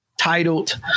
titled